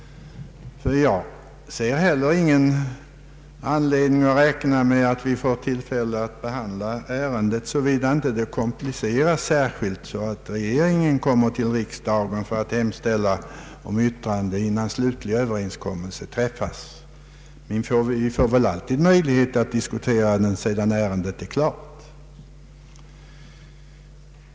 Jag ser heller ingen anledning att räkna med att vi får tillfälle att behandla ärendet, såvida det inte kompliceras så att regeringen kommer till riksdagen med en hemställan om yttrande innan slutlig överenskommelse träffas. Men vi får väl alltid möjlighet att diskutera det sedan ärendet är klart.